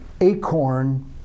acorn